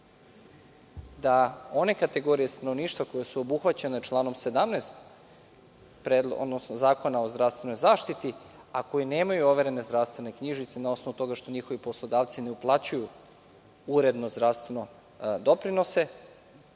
da one kategorije stanovništva koje su obuhvaćene članom 17. Zakona o zdravstvenoj zaštiti, a koji nemaju overene zdravstvene knjižice na osnovu toga što njihovi poslodavci ne uplaćuju uredno zdravstvene doprinose,